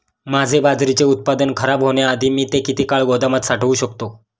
माझे बाजरीचे उत्पादन खराब होण्याआधी मी ते किती काळ गोदामात साठवू शकतो?